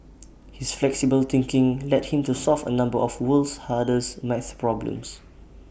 his flexible thinking led him to solve A number of world's hardest math problems